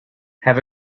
have